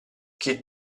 chi